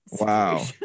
wow